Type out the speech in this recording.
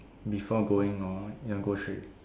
before going lor or you want go straight